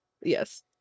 Yes